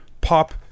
pop